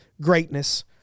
greatness